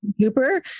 Cooper